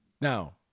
Now